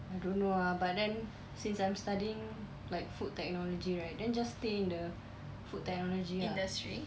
I don't know ah but then since I'm studying like food technology right then just stay in the food technology ah